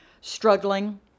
struggling